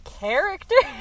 character